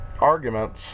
arguments